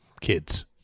kids